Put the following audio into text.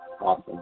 Awesome